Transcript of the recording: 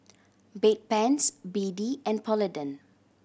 Bedpans B D and Polident